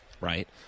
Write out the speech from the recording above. right